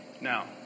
Now